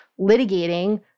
litigating